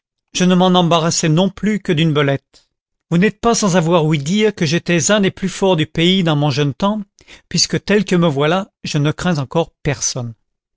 je ne m'en embarrassais non plus que d'une belette vous n'êtes pas sans avoir ouï dire que j'étais un des plus forts du pays dans mon jeune temps puisque tel que me voilà je ne crains encore personne